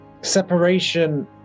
separation